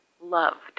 loved